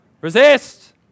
resist